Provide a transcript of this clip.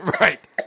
Right